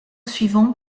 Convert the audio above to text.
suivant